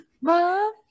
Mom